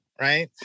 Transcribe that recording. right